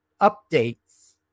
updates